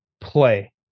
play